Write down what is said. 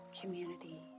community